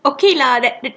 okay lah that